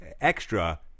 extra